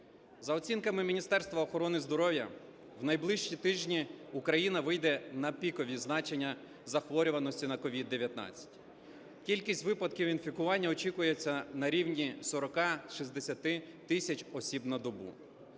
За оцінками Міністерства охорони здоров'я в найближчі тижні Україна вийде на пікові значення захворюваності на COVID-19. Кількість випадків інфікування очікується на рівні 40-60 тисяч осіб на добу.